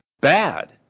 bad